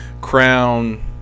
Crown